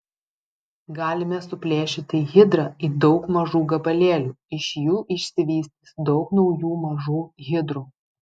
galime suplėšyti hidrą į daug mažų gabalėlių iš jų išsivystys daug naujų mažų hidrų